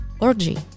orgy